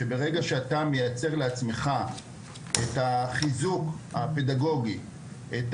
הוא שברגע שאתה מייצר לעצמך את החיזוק הפדגוגי ואת